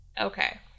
Okay